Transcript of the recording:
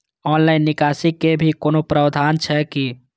Online निकासी के भी कोनो प्रावधान छै की?